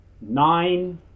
nine